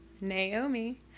Naomi